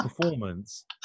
performance